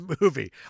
movie